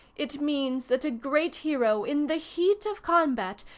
it means that a great hero, in the heat of combat,